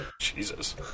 Jesus